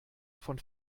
von